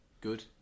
Good